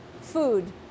food